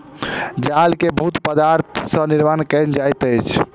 जाल के बहुत पदार्थ सॅ निर्माण कयल जाइत अछि